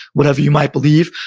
whatever you might believe.